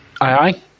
Aye